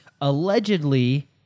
Allegedly